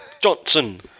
Johnson